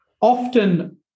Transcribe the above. Often